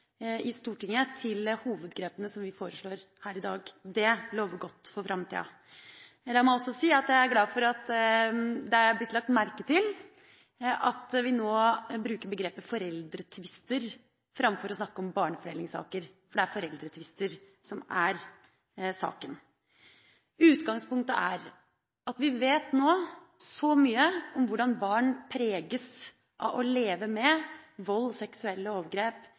i Stortinget til hovedgrepene som vi foreslår her i dag. Det lover godt for framtida. La meg også si at jeg er glad for at det er blitt lagt merke til at vi nå bruker begrepet «foreldretvister» framfor å snakke om barnefordelingssaker, for det er foreldretvister som er saken. Utgangspunktet er at vi vet nå så mye om hvordan barn preges av å leve med vold, seksuelle overgrep,